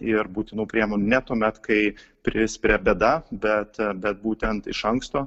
ir būtinų priemonių ne tuomet kai prispiria bėda bet bet būtent iš anksto